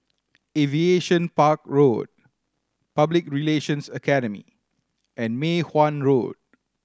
Aviation Park Road Public Relations Academy and Mei Hwan Road